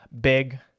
Big